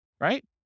right